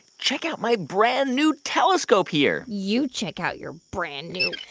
check out my brand-new telescope here you check out your brand-new.